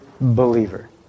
believer